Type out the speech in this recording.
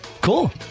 cool